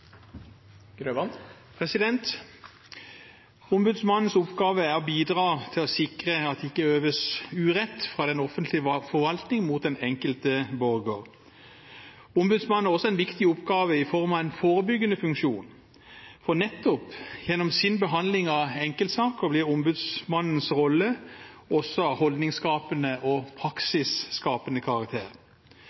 å bidra til å sikre at det ikke øves urett fra den offentlige forvaltning mot den enkelte borger. Ombudsmannen har også en viktig oppgave i form av en forebyggende funksjon, for nettopp gjennom sin behandling av enkeltsaker blir ombudsmannens rolle også av holdningsskapende og